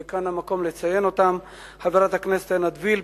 וכאן המקום לציין אותם: חברת הכנסת עינת וילף,